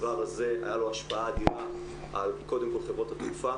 יצא שבתקשורת יש כאילו מלחמה בין משרד האוצר למשרד